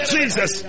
Jesus